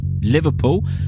Liverpool